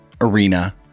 Arena